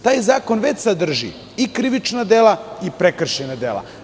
Taj zakon već sadrži i krivična dela i prekršajna dela.